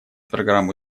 программу